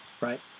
right